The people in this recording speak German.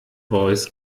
voice